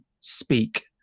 speak